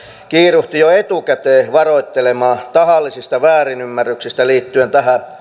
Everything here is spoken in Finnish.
kiiruhti jo etukäteen varoittelemaan tahallisista väärinymmärryksistä liittyen